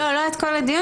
לא, לא את כל הדיון.